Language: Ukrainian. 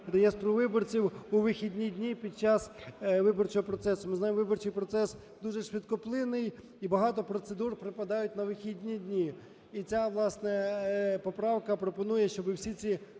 реєстру виборців у вихідні дні під час виборчого процесу. Ми знаємо, виборчій процес дуже швидкоплинний і багато процедур припадають на вихідні дні. І ця, власне, поправка пропонує, щоби всі ці